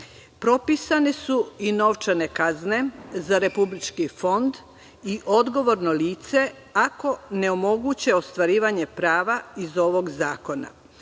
Propisane su i novčane kazne za republički fond i odgovorno lice ako ne omoguće ostvarivanje prava iz ovog zakona,